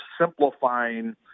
simplifying –